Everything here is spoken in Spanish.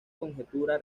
conjetura